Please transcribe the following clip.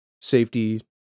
safety